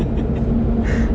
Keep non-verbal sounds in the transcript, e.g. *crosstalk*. *laughs*